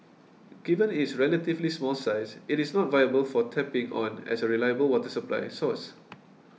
given its relatively small size it is not viable for tapping on as a reliable water supply source